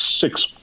six